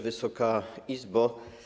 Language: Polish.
Wysoka Izbo!